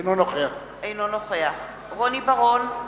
אינו נוכח רוני בר-און,